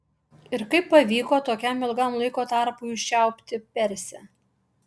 ir kaip pavyko tokiam ilgam laiko tarpui užčiaupti persę